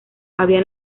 había